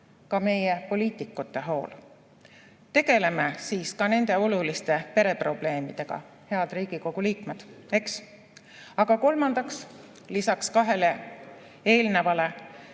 ka meie, poliitikute hool. Tegeleme siis ka nende oluliste pereprobleemidega, head Riigikogu liikmed, eks? Aga kolmandaks, lisaks kahele eelnevale